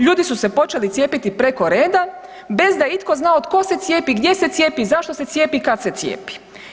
Ljudi su se počeli cijepiti preko reda bez da je itko znao tko se cijepi, gdje se cijepi, zašto se cijepi i kad se cijepi.